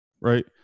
right